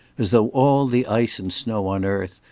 as though all the ice and snow on earth,